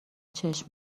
چشم